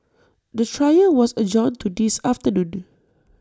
the trial was adjourned to this afternoon